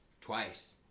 twice